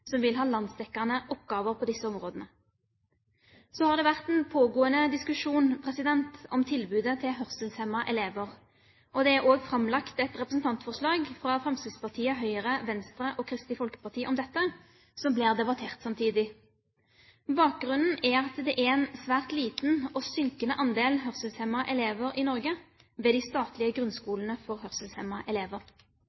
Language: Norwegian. som vil ha landsdekkende oppgaver på disse områdene. Så har det vært en pågående diskusjon om tilbudet til hørselshemmede elever, og det er også framlagt et representantforslag fra Fremskrittspartiet, Høyre, Venstre og Kristelig Folkeparti om dette, som blir debattert samtidig. Bakgrunnen er at det er en svært liten og synkende andel hørselshemmede elever i Norge ved de statlige